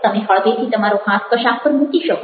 તમે હળવેથી તમારો હાથ કશાક પર મૂકી શકો